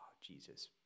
Jesus